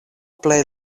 plej